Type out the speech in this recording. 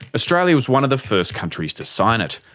australia was one of the first countries to sign it.